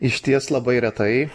išties labai retai